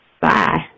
Bye